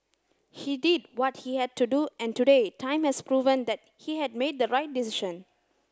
he did what he had to do and today time has proven that he had made the right decision